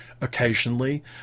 occasionally